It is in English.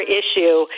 issue